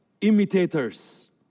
Imitators